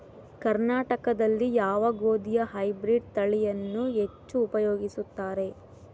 ಕರ್ನಾಟಕದಲ್ಲಿ ಯಾವ ಗೋಧಿಯ ಹೈಬ್ರಿಡ್ ತಳಿಯನ್ನು ಹೆಚ್ಚು ಉಪಯೋಗಿಸುತ್ತಾರೆ?